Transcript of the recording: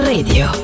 Radio